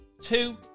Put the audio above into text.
Two